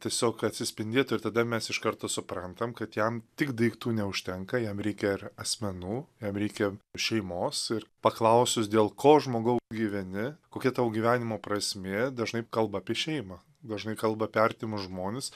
tiesiog atsispindėtų ir tada mes iš karto suprantam kad jam tik daiktų neužtenka jam reikia ir asmenų jam reikia šeimos ir paklausus dėl ko žmogau gyveni kokia tavo gyvenimo prasmė dažnai kalba apie šeimą dažnai kalba apie artimus žmones